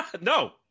No